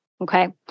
okay